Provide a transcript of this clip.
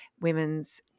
women's